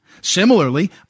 Similarly